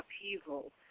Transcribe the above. upheaval